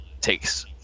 takes